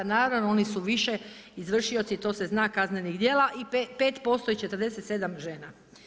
Naravno oni su više izvršioci to se zna kaznenih djela i 5% i 47 žena.